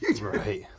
right